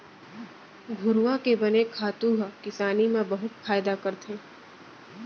घुरूवा के बने खातू ह किसानी म बहुत फायदा करथे